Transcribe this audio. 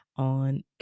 on